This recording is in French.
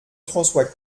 francois